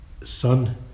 son